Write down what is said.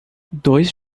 dois